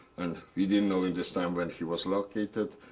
and we didn't know in this time when he was located.